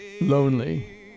lonely